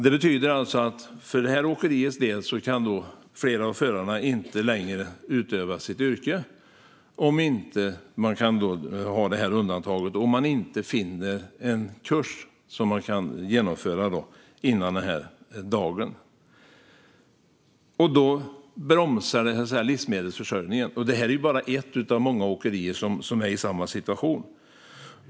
Det betyder för det här åkeriets del att flera av förarna inte längre kan utöva sitt yrke om man inte får det här undantaget eller om förarna inte finner en kurs som de kan genomföra före den 31 maj. Detta bromsar livsmedelsförsörjningen, och det här är bara ett bland många åkerier som befinner sig i samma situation.